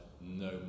no